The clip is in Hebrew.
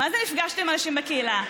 מה זה נפגשת עם אנשים בקהילה?